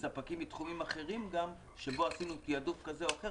ספקים מתחומים אחרים גם שבו עשינו תיעדוף כזה או אחר,